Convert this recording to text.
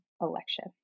election